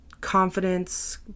confidence